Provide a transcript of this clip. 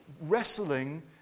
wrestling